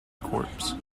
corps